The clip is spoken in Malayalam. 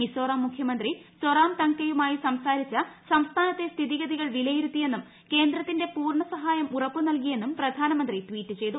മിസോറാം മുഖ്യമന്ത്രി സൊറാംതങ്കയുമായി സംസാരിച്ച് സംസ്ഥാനത്തെ സ്ഥിതിഗതികൾ വിലയിരുത്തിയെന്നും കേന്ദ്രത്തിന്റെ പൂർണ്ണ സഹായം ഉറപ്പ് നൽകിയെന്നും പ്രധാനമന്ത്രി ട്വീറ്റ് ചെയ്തു